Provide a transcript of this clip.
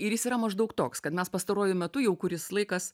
ir jis yra maždaug toks kad mes pastaruoju metu jau kuris laikas